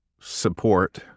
support